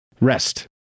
Rest